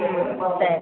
ಹ್ಞೂ ಸರಿ